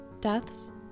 Deaths